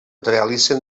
realitzen